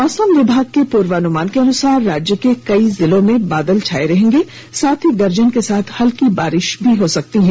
मौसम विभाग के पूर्वानुमान के अनुसार राज्य के कई जिलों में बादल छाये रहेंगे साथ ही गर्जन के साथ हल्की बारिश हो सकती है